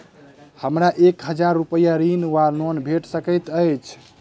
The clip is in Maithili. हमरा एक हजार रूपया ऋण वा लोन भेट सकैत अछि?